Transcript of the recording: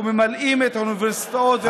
וממלאים את האוניברסיטאות והמכללות,